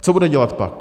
Co bude dělat pak?